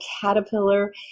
caterpillar